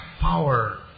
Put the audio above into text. power